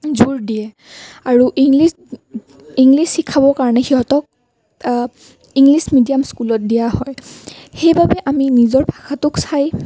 জোৰ দিয়ে আৰু ইংলিছ ইংলিছ শিকাবৰ কাৰণে সিহঁতক ইংলিছ মিডিয়াম স্কুলত দিয়া হয় সেইবাবে আমি নিজৰ ভাষাটোক চাই